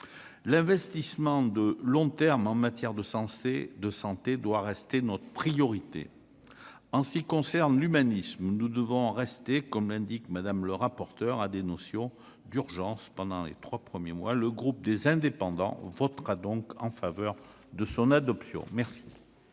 l'investissement de long terme en matière de sensé de santé doit rester notre priorité en ce qui concerne l'humanisme, nous devons rester comme l'indique Madame le rapporteur a des notions d'urgence pendant les 3 premiers mois, le groupe des indépendants, on votera donc en faveur de son adoption, merci.